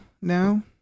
now